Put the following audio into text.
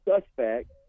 suspect